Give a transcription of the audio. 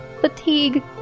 fatigue